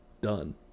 done